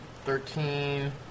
Thirteen